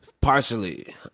Partially